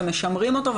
משמרים אותו,